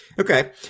Okay